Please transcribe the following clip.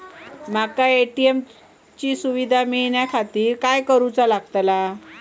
माका ए.टी.एम ची सुविधा मेलाच्याखातिर काय करूचा लागतला?